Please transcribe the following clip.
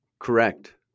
Correct